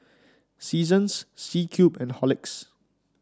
Seasons C Cube and Horlicks